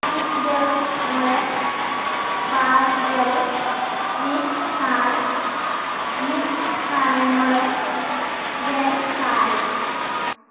ᱢᱤᱫ ᱜᱮᱞ ᱢᱚᱬᱮ ᱵᱟᱨ ᱜᱮᱞ ᱢᱤᱫᱥᱟᱭ ᱢᱤᱫ ᱥᱟᱭ ᱢᱚᱬᱮ ᱜᱮᱥᱟᱭ